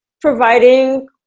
providing